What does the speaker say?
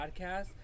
podcast